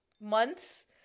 months